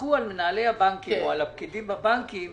תסמכו על מנהלי הבנקים או על הפקידים בבנקים